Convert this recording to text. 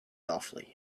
softly